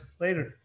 later